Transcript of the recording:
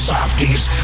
Softies